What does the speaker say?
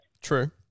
True